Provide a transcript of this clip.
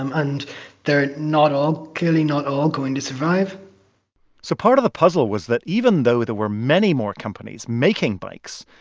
um and they're not all clearly not all going to survive so part of the puzzle was that even though there were many more companies making bikes,